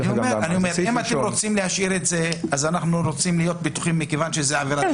אם אתם רוצים להשאיר את זה אז אנחנו רוצים להיות בטוחים שתחריגו.